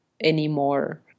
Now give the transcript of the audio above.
anymore